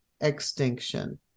extinction